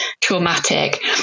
traumatic